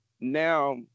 now